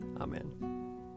Amen